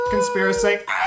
Conspiracy